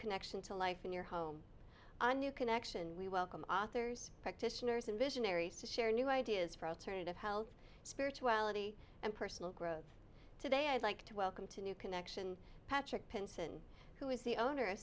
connection to life in your home a new connection we welcome authors practitioners and visionaries to share new ideas for alternative health spirituality and personal growth today i'd like to welcome to new connection patrick pinson who is the owner